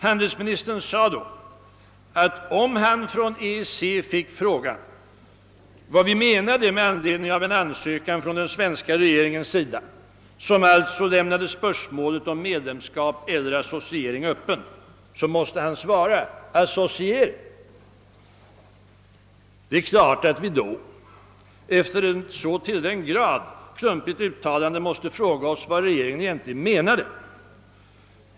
Handelsministern sade då, att om han av EEC bleve tillfrågad om vad vi menade med en ansökan från Sveriges sida som alltså skulle lämna spörsmålet om medlemskap eller associering öppen, så måste han svara: »Associering.» Det är klart att vi efter ett så till den grad klumpigt uttalande måste fråga oss vad regeringen egentligen menade.